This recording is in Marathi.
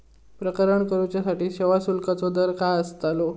प्रकरण करूसाठी सेवा शुल्काचो दर काय अस्तलो?